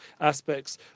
aspects